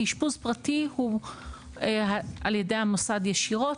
כי אשפוז פרטי הוא על ידי המוסד ישירות.